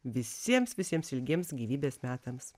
visiems visiems ilgiems gyvybės metams